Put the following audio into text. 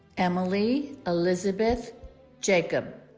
emily elizabeth jacob